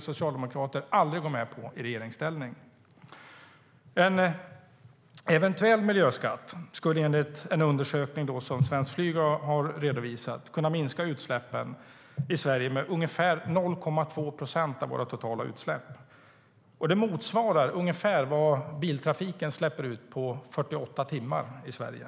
socialdemokrater i regeringsställning aldrig skulle gå med på flygskatter. Enligt en undersökning som Svenskt Flyg har redovisat skulle en eventuell miljöskatt kunna minska våra totala utsläpp i Sverige med ungefär 0,2 procent. Det motsvarar ungefär vad biltrafiken släpper ut på 48 timmar i Sverige.